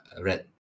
red